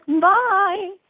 Bye